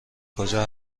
کجا